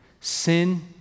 Sin